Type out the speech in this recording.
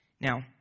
Now